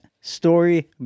story